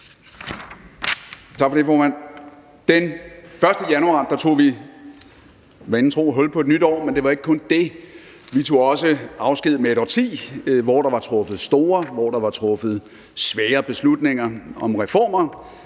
Tak for det, formand. Den 1. januar tog vi – vanen tro – hul på et nyt år, men det var ikke kun det. Vi tog også afsked med et årti, hvor der var truffet store og svære beslutninger om reformer,